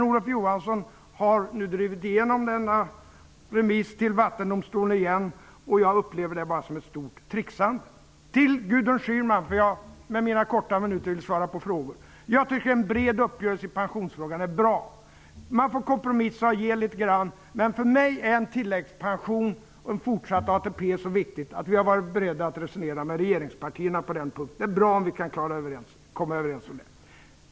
Olof Johansson har emellertid nu drivit igenom denna remiss till Vattendomstolen, och jag upplever det bara som ett stort tricksande. Så vill jag vända mig till Gudrun Schyman -- jag vill använda mina korta minuter till att svara på frågor. En bred uppgörelse i pensionsfrågan är bra. Man får då kompromissa och ge litet grand. För mig är en tilläggspension och en fortsatt ATP något så viktigt att vi har varit beredda att resonera med regeringspartierna på den punkten. Det är bra om vi kan komma överens om det.